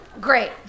Great